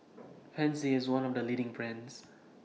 Pansy IS one of The leading brands